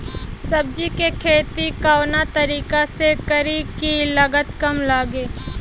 सब्जी के खेती कवना तरीका से करी की लागत काम लगे?